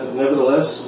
nevertheless